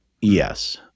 Yes